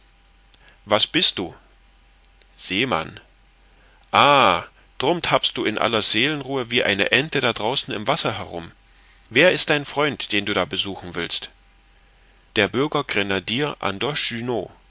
was bist du seemann ah drum tappst du in aller seelenruhe wie eine ente da draußen im wasser herum wer ist der freund den du besuchen willst der bürger grenadier andoche